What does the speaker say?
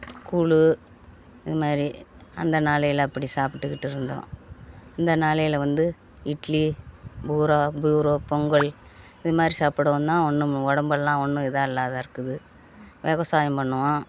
கூழ் இதுமாரி அந்த நாளையில் அப்படி சாப்பிட்டுக்கிட்டு இருந்தோம் இந்த நாளையில் வந்து இட்லி பூரி பூரி பொங்கல் இதுமாதிரி சாப்பிடுவோன்னா ஒன்றும் உடம்பெல்லாம் ஒன்றும் இதாக இல்லாது இருக்குது விவசாயம் பண்ணுவோம்